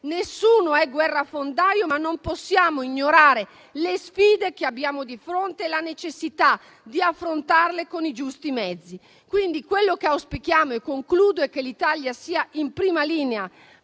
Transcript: Nessuno è guerrafondaio, ma non possiamo ignorare le sfide che abbiamo di fronte e la necessità di affrontarle con i giusti mezzi. Quello che auspichiamo, e concludo, è che l'Italia sia in prima linea